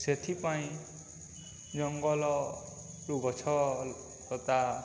ସେଥିପାଇଁ ଜଙ୍ଗଲରୁ ଗଛ ଲତା